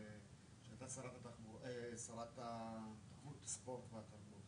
לא הביאו לוועדת הכספים מעולם דיון,